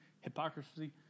hypocrisy